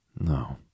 No